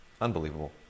Unbelievable